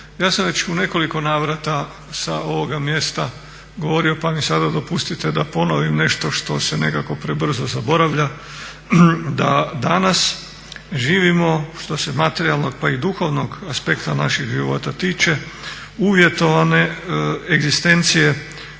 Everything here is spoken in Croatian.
Ja sam već u nekoliko navrata sa ovoga mjesta govorio pa mi sada dopustite da ponovim nešto što se nekako prebrzo zaboravlja, da danas živimo što se materijalnog pa i duhovnog aspekta našeg života tiče uvjetovane egzistencije